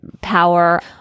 power